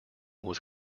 was